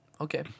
Okay